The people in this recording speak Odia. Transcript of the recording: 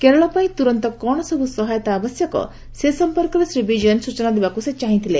କେରଳ ପାଇଁ ତୁରନ୍ତ କ'ଣ ସବୁ ସହାୟତା ଆବଶ୍ୟକ ସେ ସମ୍ପର୍କରେ ଶ୍ରୀ ବିଜୟନ୍ ସୂଚନା ଦେବାକୁ ସେ ଚାହିଁଥିଲେ